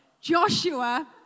Joshua